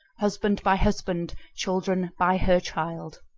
husband by husband, children by her child.